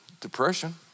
Depression